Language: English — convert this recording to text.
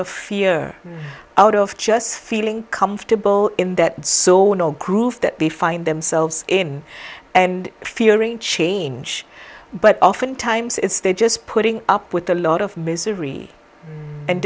of fear out of just feeling comfortable in that zone or groove that they find themselves in and fearing change but oftentimes it's they're just putting up with a lot of misery and